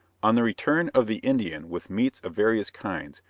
on the return of the indian with meats of various kinds,